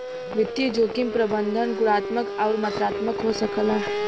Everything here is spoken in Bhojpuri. वित्तीय जोखिम प्रबंधन गुणात्मक आउर मात्रात्मक हो सकला